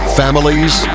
families